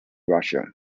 russia